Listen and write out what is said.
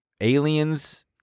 aliens